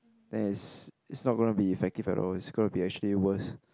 then it's it's not gonna be effective at all it's gonna be actually worse